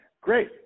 Great